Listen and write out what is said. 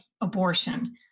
abortion